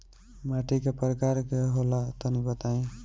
माटी कै प्रकार के होला तनि बताई?